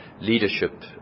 leadership